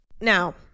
Now